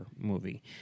movie